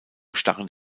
starren